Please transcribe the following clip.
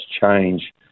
change